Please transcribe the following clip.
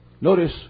Notice